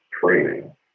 training